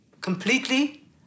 completely